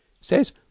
says